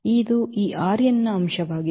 ಇದು ಈ ನ ಅಂಶವಾಗಿದೆ